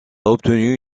obtenu